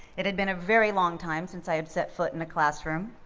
it had been a very long time since i had set foot in a classroom.